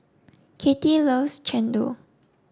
Kattie loves Chendol